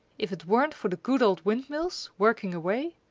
if it weren't for the good old windmills working away,